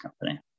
company